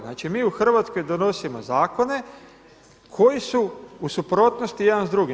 Znači mi u Hrvatskoj donosimo zakone koji su u suprotnosti jedan s drugim.